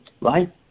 right